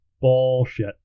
Bullshit